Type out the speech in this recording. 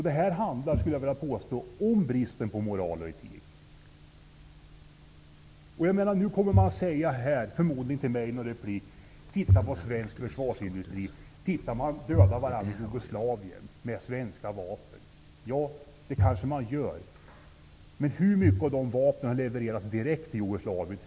Detta handlar om brist på moral och etik. Förmodligen kommer någon i en replik uppmana mig: Titta på svensk försvarsindustri! Man dödar varandra i Jugoslavien med svenska vapen! Ja, det kanske man gör. Men hur många av de vapnen har levererats direkt till Jugoslavien?